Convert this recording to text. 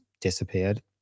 disappeared